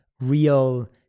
real